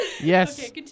Yes